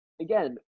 Again